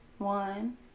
One